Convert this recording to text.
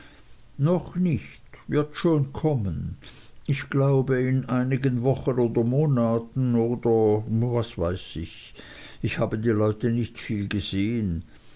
noch nicht wird schon kommen ich glaube in einigen wochen oder monaten oder was weiß ich ich habe die leute nicht viel gesehen